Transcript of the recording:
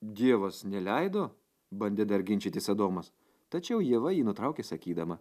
dievas neleido bandė dar ginčytis adomas tačiau ieva jį nutraukė sakydama